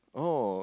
oh